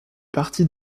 partie